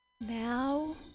now